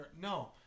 No